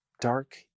Dark